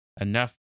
enough